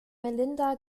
melinda